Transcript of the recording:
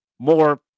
more